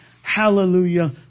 hallelujah